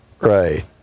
right